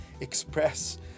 express